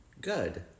Good